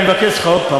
אני מבקש ממך עוד פעם,